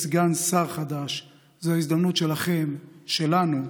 יש סגן שר חדש, זוהי ההזדמנות שלכם, שלנו,